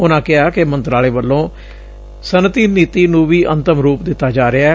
ਉਨੂਾ ਕਿਹਾ ਕਿ ਮੰਤਰਾਲੇ ਵੱਲੋਂ ਸੱਨਅਤੀ ਨੀਤੀ ਨੂੰ ਵੀ ਅੰਤਮ ਰੂਪ ਦਿੱਤਾ ਜਾ ਰਿਹੈ